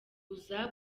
uza